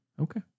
Okay